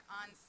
on